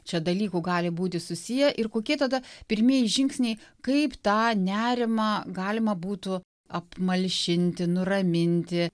čia dalykų gali būti susiję ir kokie tada pirmieji žingsniai kaip tą nerimą galima būtų apmalšinti nuraminti